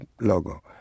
logo